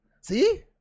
See